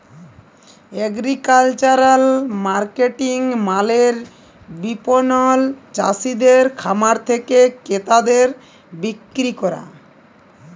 agricultural marketing মালে বিপণল চাসিদের খামার থেক্যে ক্রেতাদের বিক্রি ক্যরা